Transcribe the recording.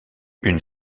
une